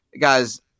Guys